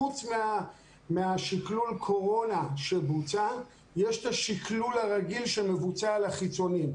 חוץ מהשקלול קורונה שבוצע יש את השקלול הרגיל שמבוצע על החיצוניים.